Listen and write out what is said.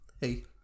Hey